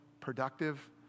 productive